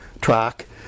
track